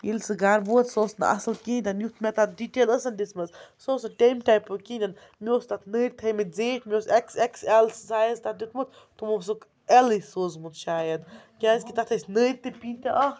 ییٚلہِ سُہ گَرٕ ووت سُہ اوس نہٕ اَصٕل کِہیٖنۍ تہِ نہٕ یُتھ مےٚ تَتھ ڈِٹیل ٲسٕن دِژمٕژ سُہ اوس نہٕ تمہِ ٹایپُک کِہیٖنۍ مےٚ اوس تَتھ نٔرۍ تھٔوۍ مٕتۍ زیٖٹھۍ مےٚ اوس اٮ۪کس اٮ۪کس اٮ۪ل سایز تَتھ دیُتمُت تمو اوسُکھ اٮ۪لٕے سوٗزمُت شاید کیٛازِکہِ تَتھ ٲسۍ نٔرۍ تہِ پیٖنٛتیٛاہ اَکھ